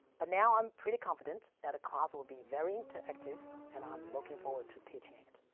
but now i'm pretty confident that the class will be very interactive and i'm looking forward to teaching it.